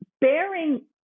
bearing